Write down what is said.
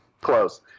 Close